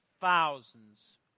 thousands